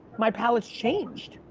my palate's changed.